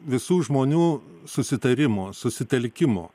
visų žmonių susitarimo susitelkimo